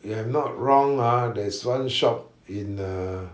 if I am not wrong ah there's one shop in the